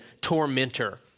tormentor